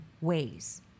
ways